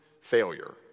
failure